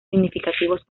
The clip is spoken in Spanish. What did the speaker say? significativos